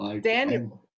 Daniel